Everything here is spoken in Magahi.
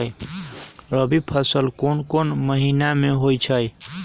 रबी फसल कोंन कोंन महिना में होइ छइ?